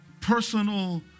personal